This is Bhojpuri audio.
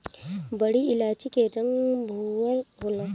बड़ी इलायची के रंग भूअर होला